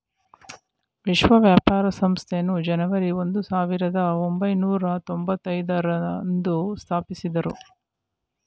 ವಿಶ್ವ ವ್ಯಾಪಾರ ಸಂಸ್ಥೆಯನ್ನು ಜನವರಿ ಒಂದು ಸಾವಿರದ ಒಂಬೈನೂರ ತೊಂಭತ್ತೈದು ರಂದು ಸ್ಥಾಪಿಸಿದ್ದ್ರು